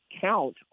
count